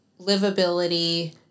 livability